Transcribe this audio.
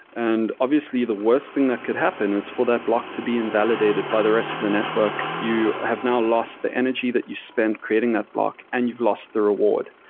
and obviously, the worst thing that could happen is for that block to be invalidated by the rest of the network. you have now lost the energy that you spent creating that block and you've lost the reward.